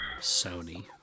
Sony